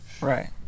right